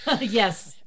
Yes